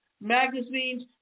magazines